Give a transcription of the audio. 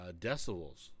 decibels